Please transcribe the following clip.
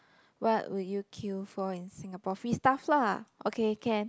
what would you queue for in Singapore free stuff lah okay can